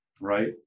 right